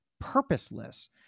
purposeless